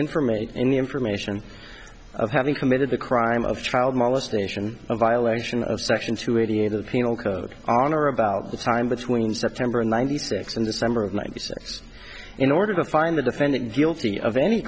information in the information of having committed the crime of child molestation a violation of section two eighty eight of the penal code on or about the time between september ninety six and december of ninety six in order to find the defendant guilty of any